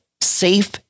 Safe